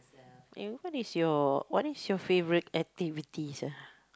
and what is your what is your favourite activities ah